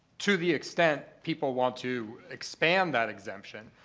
to the extent people want to expand that exemption,